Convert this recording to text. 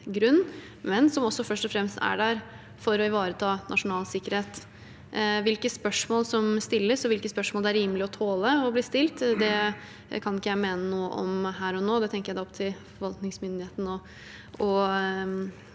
men som først og fremst er der for å ivareta nasjonal sikkerhet. Hvilke spørsmål som stilles, og hvilke spørsmål det er rimelig å tåle å bli stilt, kan ikke jeg mene noe om her og nå. Det tenker jeg er opp til forvaltningsmyndigheten å